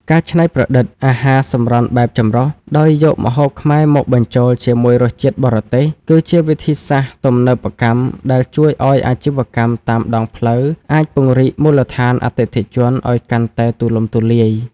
ការច្នៃប្រឌិត អាហារសម្រន់បែបចម្រុះ ដោយយកម្ហូបខ្មែរមកបញ្ចូលជាមួយរសជាតិបរទេស គឺជាវិធីសាស្ត្រទំនើបកម្មដែលជួយឱ្យអាជីវកម្មតាមដងផ្លូវអាចពង្រីកមូលដ្ឋានអតិថិជនឱ្យកាន់តែទូលំទូលាយ។